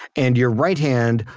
and your right hand,